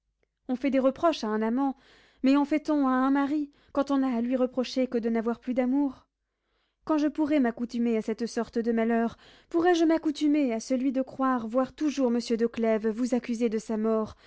on fait des reproches à un amant mais en fait-on à un mari quand on n'a à lui reprocher que de n'avoir plus d'amour quand je pourrais m'accoutumer à cette sorte de malheur pourrais-je m'accoutumer à celui de croire voir toujours monsieur de clèves vous accuser de sa mort